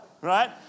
right